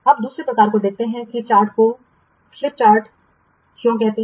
अब दूसरे प्रकार को देखते हैं कि चार्ट को स्लिप चार्ट क्या कहते हैं